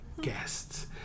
guests